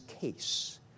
case